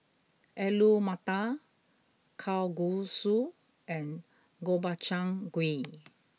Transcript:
Alu Matar Kalguksu and Gobchang Gui